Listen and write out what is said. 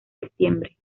septiembre